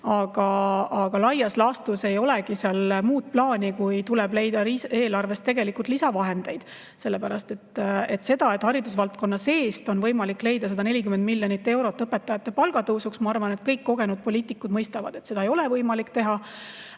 Laias laastus ei olegi seal muud plaani, kui tuleb leida eelarvest lisavahendeid, sellepärast et seda, et haridusvaldkonna seest on võimalik leida 140 miljonit eurot õpetajate palgatõusuks – ma arvan, kõik kogenud poliitikud mõistavad –, ei ole võimalik teha.